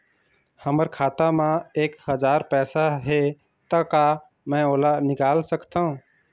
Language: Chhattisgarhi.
हमर खाता मा एक हजार पैसा हे ता का मैं ओला निकाल सकथव?